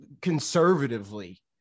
conservatively